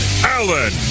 Allen